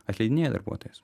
atleidinėja darbuotojus